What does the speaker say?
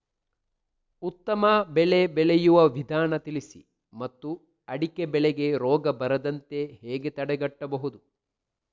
ಉತ್ತಮ ಬೆಳೆ ಬೆಳೆಯುವ ವಿಧಾನ ತಿಳಿಸಿ ಮತ್ತು ಅಡಿಕೆ ಬೆಳೆಗೆ ರೋಗ ಬರದಂತೆ ಹೇಗೆ ತಡೆಗಟ್ಟಬಹುದು?